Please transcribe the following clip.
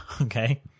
Okay